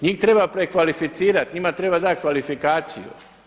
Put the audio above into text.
Njih treba prekvalificirati, njima treba dati kvalifikaciju.